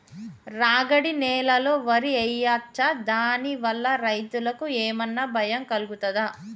రాగడి నేలలో వరి వేయచ్చా దాని వల్ల రైతులకు ఏమన్నా భయం కలుగుతదా?